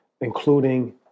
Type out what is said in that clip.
including